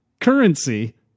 currency